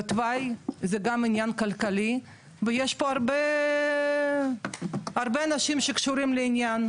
בתוואי זה גם עניין כלכלי ויש פה הרבה הרבה אנשים שקשורים לעניין,